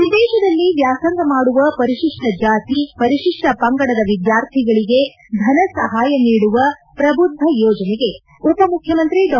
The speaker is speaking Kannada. ವಿದೇಶದಲ್ಲಿ ವ್ಯಾಸಂಗ ಮಾಡುವ ಪರಿಶಿಷ್ಟ ಜಾತಿಪರಿಶಿಷ್ಟ ಪಂಗಡದ ವಿದ್ವಾರ್ಥಿಗಳಿಗೆ ಧನಸಹಾಯ ನೀಡುವ ಪ್ರಬುದ್ದ ಯೋಜನೆಗೆ ಉಪಮುಖ್ಚಮಂತ್ರಿ ಡಾ